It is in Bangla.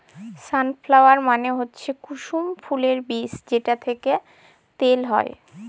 সান ফ্লাওয়ার মানে হচ্ছে কুসুম ফুলের বীজ যেটা থেকে তেল হয়